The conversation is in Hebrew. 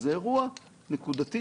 זה אירוע נקודתי.